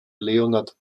leonhard